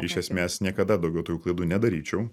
iš esmės niekada daugiau tokių klaidų nedaryčiau